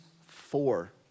four